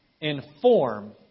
Inform